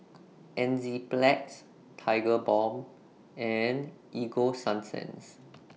Enzyplex Tigerbalm and Ego Sunsense